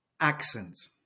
accents